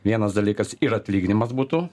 vienas dalykas ir atlyginimas būtų